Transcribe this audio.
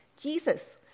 Jesus